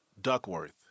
Duckworth